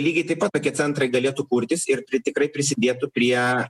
lygiai taip pat tokie centrai galėtų kurtis ir pri tikrai prisidėtų prie